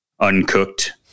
uncooked